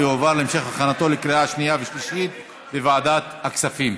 ותועבר להמשך הכנה לקריאה שנייה ושלישית לוועדת הכספים.